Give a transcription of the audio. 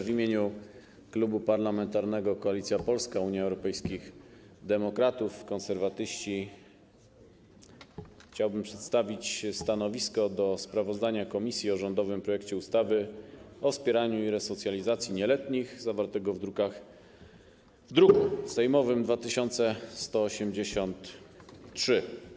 W imieniu Klubu Parlamentarnego Koalicja Polska - Unia Europejskich Demokratów, Konserwatyści chciałbym przedstawić stanowisko wobec sprawozdania komisji o rządowym projekcie ustawy o wspieraniu i resocjalizacji nieletnich, zawartym w druku sejmowym nr 2183.